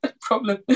Problem